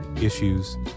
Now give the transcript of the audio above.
issues